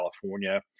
california